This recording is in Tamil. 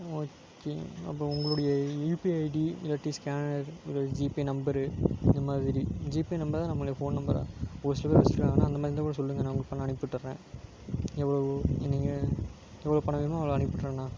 ஓகே அப்புறம் உங்களுடைய யுபிஐடி இல்லாட்டி ஸ்கேனரு உங்களோட ஜிபே நம்பரு இந்த மாதிரி ஜிபே நம்பர் தான் நம்மளுக்கு ஃபோன் நம்பராக ஒரு சில பேரு வச்சிருக்காங்கண்ணா அந்த மாதிரி இருந்தால் கூட சொல்லுங்க நான் உங்களுக்கு பணம் அனுப்பிவுட்டுறேன் எவ்ளவோ நீங்கள் எவ்வளோ பணம் வேணுமோ அவ்வளோ அனுப்பிவுட்டுறேங்ண்ணா